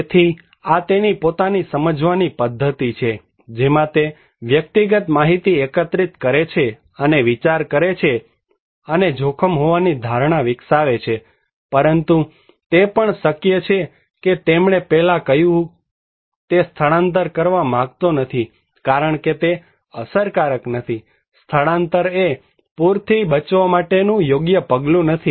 તેથી આ તેની પોતાની સમજવાની પદ્ધતિ છે જેમાં તે વ્યક્તિગત માહિતી એકત્રિત કરે છે અને વિચાર કરે છે અને જોખમ હોવાની ધારણા વિકસાવે છેપરંતુ તે પણ શક્ય છે કેતેમણે પહેલાં કહ્યું કે તે સ્થળાંતર કરવા માગતો નથી કારણ કે તે અસરકારક નથી સ્થળાંતર એ પૂરથી બચવા માટેનું યોગ્ય પગલું નથી